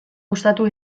gustatu